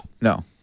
no